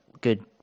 Good